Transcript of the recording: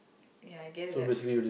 ya I guess that